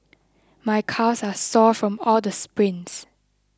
my calves are sore from all the sprints